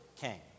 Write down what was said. king